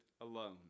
alone